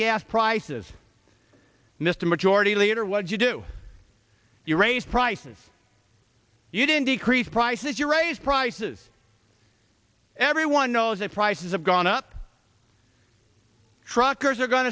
gas prices mr majority leader what do you do you raise prices you didn't decrease prices you raise prices everyone knows that prices have gone up truckers are going